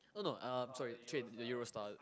no no um sorry trade the Euro style